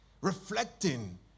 reflecting